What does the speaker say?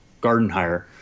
Gardenhire